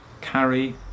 carry